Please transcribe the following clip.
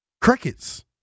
Crickets